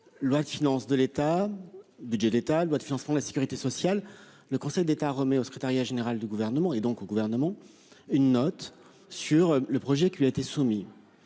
Loi de finances de l'État. Budget, l'État. Loi de financement de la Sécurité sociale. Le Conseil d'État remet au secrétariat général du gouvernement et donc au gouvernement une note sur le projet qui a été soumis.